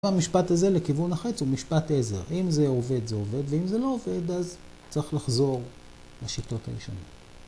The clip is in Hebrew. המשפט הזה לכיוון החץ הוא משפט עזר, אם זה עובד זה עובד ואם זה לא עובד אז צריך לחזור לשיטות הראשונות